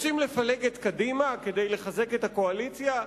רוצים לפלג את קדימה כדי לחזק את הקואליציה?